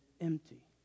empty